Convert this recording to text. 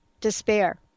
despair